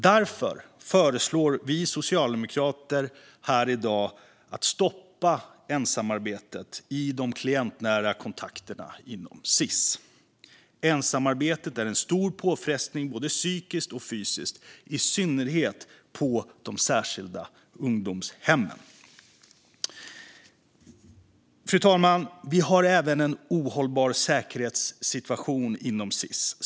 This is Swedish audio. Därför föreslår vi socialdemokrater att ensamarbete stoppas i de klientnära kontakterna inom Sis. Ensamarbete är en stor påfrestning både psykiskt och fysiskt, i synnerhet på de särskilda ungdomshemmen. Fru talman! Det är även en ohållbar säkerhetssituation inom Sis.